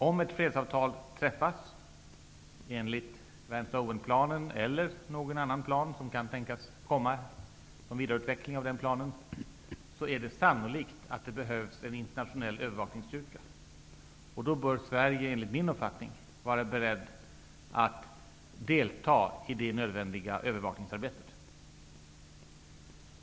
Om ett fredsavtal träffas enligt Vance-Owenplanen, eller enligt någon annan plan som kan tänkas komma som en vidareutveckling av den planen, är det sannolikt att det behövs en internationell övervakningsstyrka. Sverige bör då enligt min uppfattning vara berett att delta i detta nödvändiga övervakningsarbete.